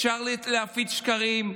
אפשר להפיץ שקרים,